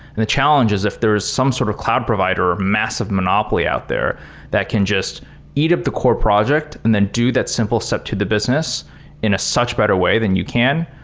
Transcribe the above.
and the challenge is if there is some sort of cloud provider or a massive monopoly out there that can just eat up the core project and then do that simple step to the business in a such better way than you can,